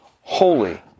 Holy